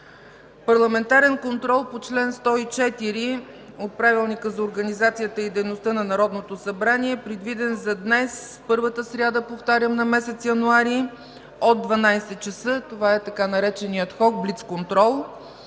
Парламентарен контрол по чл. 104 от Правилника за организацията и дейността на Народното събрание – предвиден за днес, първата сряда, повтарям, на месец януари от 12,00 ч. Това е така нареченият „хот” блиц контрол.